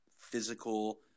physical